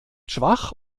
schwach